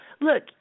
Look